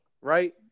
Right